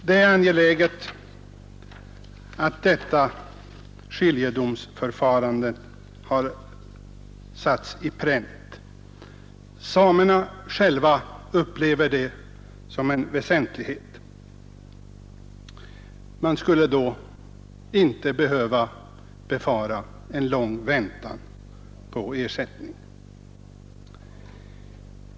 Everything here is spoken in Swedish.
Det är bra att detta skiljedomsförfarande har satts på pränt. Samerna själva upplever det som en väsentlighet. Man behöver då inte befara en lång väntan på ersättning.